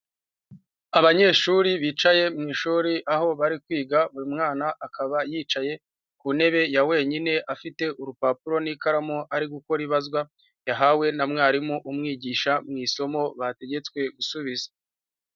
Abanyeshuri bicaye mu ishuri aho bari kwiga buri mwana akaba yicaye ku ntebe ya wenyine afite urupapuro n'ikaramu ari gukora ibazwa yahawe na mwarimu umwigisha mu isomo bategetswe gusubiza.